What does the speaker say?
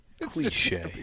Cliche